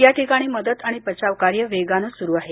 या ठिकाणी मदत आणि बचाव कार्य वेगानं सुरू आहे